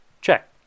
Check